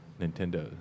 Nintendo